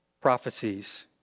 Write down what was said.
prophecies